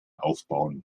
aufbauen